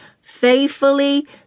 faithfully